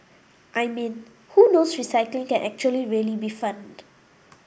I mean who knows recycling can actually really be fun